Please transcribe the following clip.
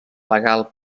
legal